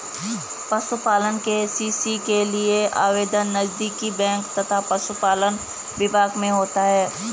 पशुपालन के.सी.सी के लिए आवेदन नजदीकी बैंक तथा पशुपालन विभाग में होता है